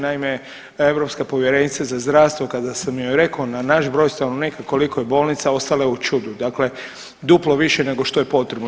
Naime, europska povjerenica za zdravstvo kada sam joj rekao na naš broj stanovnika koliko je bolnica ostala je u čudu, dakle duplo više nego što je potrebno.